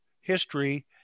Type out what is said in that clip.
history